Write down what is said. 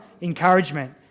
encouragement